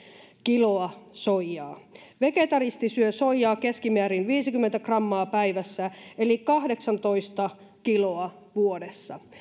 kiloa soijaa vegetaristi syö soijaa keskimäärin viisikymmentä grammaa päivässä eli kahdeksantoista kiloa vuodessa